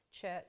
church